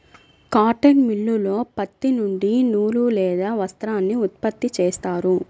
cotton మిల్లులో పత్తి నుండి నూలు లేదా వస్త్రాన్ని ఉత్పత్తి చేస్తారు